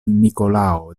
nikolao